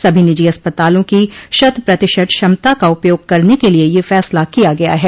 सभी निजी अस्पतालों की शत प्रतिशत क्षमता का उपयोग करने के लिए यह फैसला किया गया है